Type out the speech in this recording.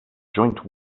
joint